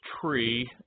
tree